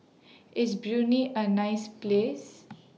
IS Brunei A nice Place